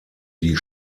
die